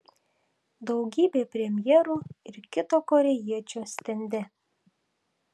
daugybė premjerų ir kito korėjiečio stende